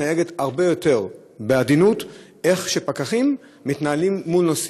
מתנהגת הרבה יותר בעדינות מכפי שפקחים מתנהלים מול נוסעים.